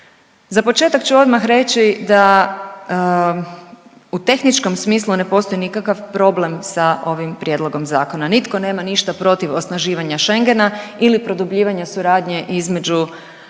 Za početak ću odmah reći da u tehničkom smislu ne postoji nikakav problem sa ovim prijedlogom zakona, nitko nema ništa protiv osnaživanja Schengena ili produbljivanja suradnje između